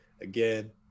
again